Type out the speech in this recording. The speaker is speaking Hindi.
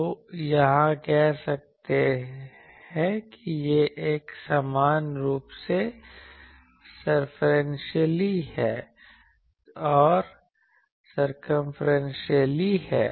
तो यहाँ यह कहता है कि यह समान रूप से सर्कंफरेंशियली है